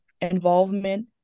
involvement